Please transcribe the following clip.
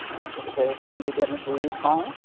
অ' গতিকে এইখিনি যদি আমি কৰি থওঁ